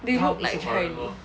they look like chine~